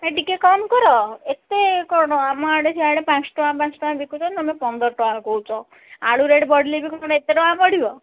ନାଇଁ ଟିକେ କମ କର ଏତେ କ'ଣ ଆମ ଆଡ଼େ ସିଆଡ଼େ ପାଞ୍ଚ ଟଙ୍କା ପାଞ୍ଚ ଟଙ୍କା ବିକୁଛନ୍ତି ତୁମେ ପନ୍ଦର ଟଙ୍କା କହୁଛ ଆଳୁ ରେଟ୍ ବଢ଼ିଲେ ବି କ'ଣ ଏତେ ଟଙ୍କା ବଢ଼ିବ